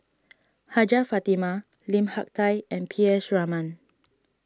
Hajjah Fatimah Lim Hak Tai and P S Raman